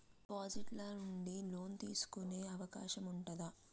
Deposit ల నుండి loan తీసుకునే అవకాశం ఉంటదా?